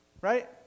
right